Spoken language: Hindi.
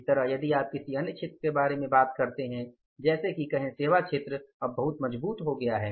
इसी तरह यदि आप किसी अन्य क्षेत्र के बारे में बात करते हैं जैसे की कहें कि सेवा क्षेत्र अब बहुत मजबूत हो गया है